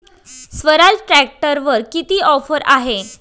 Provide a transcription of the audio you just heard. स्वराज ट्रॅक्टरवर किती ऑफर आहे?